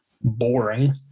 boring